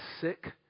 sick